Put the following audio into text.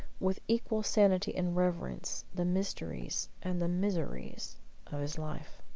with equal sanity and reverence, the mysteries and the miseries of his life.